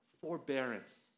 forbearance